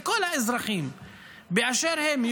וכל האזרחים באשר הם,